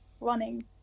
running